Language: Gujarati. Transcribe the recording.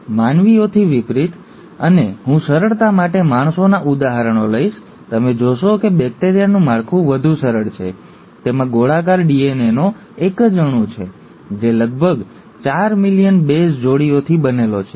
પરંતુ માનવીઓથી વિપરીત અને હું સરળતા માટે માણસોના ઉદાહરણો લઈશ તમે જોશો કે બેક્ટેરિયાનું માળખું વધુ સરળ છે તેમાં ગોળાકાર ડીએનએનો એક જ અણુ છે જે લગભગ ચાર મિલિયન બેઝ જોડીઓથી બનેલો છે